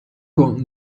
con